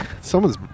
someone's